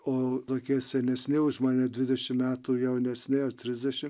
o tokie senesni už mane dvidešimt metų jaunesni ar trisdešimt